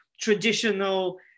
traditional